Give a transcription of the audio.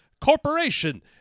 corporation